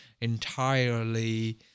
entirely